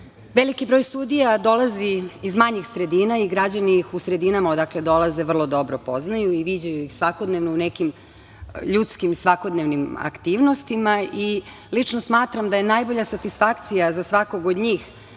Veliki broj sudija dolazi iz manjih sredina i građani ih u sredinama odakle dolaze vrlo dobro poznaju i viđaju ih svakodnevno u nekim ljudskim svakodnevnim aktivnostima. Lično smatram da je najbolja satisfakcija za svakog od njih